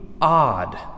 odd